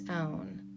own